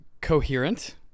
coherent